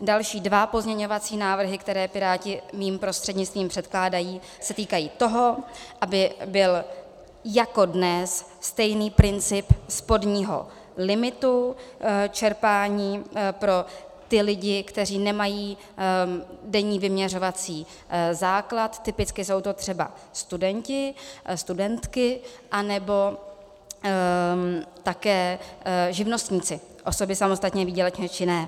Další dva pozměňovací návrhy, které Piráti mým prostřednictvím předkládají, se týkají toho, aby byl jako dnes stejný princip spodního limitu čerpání pro ty lidi, kteří nemají denní vyměřovací základ, typicky jsou to třeba studenti, studentky anebo také živnostníci, osoby samostatně výdělečně činné.